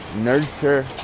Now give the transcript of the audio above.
nurture